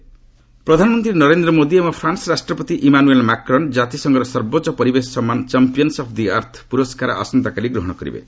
PM environment award ପ୍ରଧାନମନ୍ତ୍ରୀ ନରେନ୍ଦ୍ର ମୋଦି ଏବଂ France ରାଷ୍ଟ୍ରପତି ଇମାନୁଏଲ୍ ମାକ୍ରନ୍ ଜାତିସଂଘର ସର୍ବୋଚ୍ଚ ପରିବେଶ ସମ୍ମାନ ଚାମ୍ପାୟନ୍ ଅଫ୍ ଦି ଆର୍ଥ ପୁରସ୍କାର ଆସନ୍ତାକାଲି ଗ୍ରହଣ କରିବେ